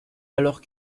alors